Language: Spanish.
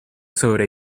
sobre